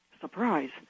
surprise